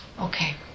Okay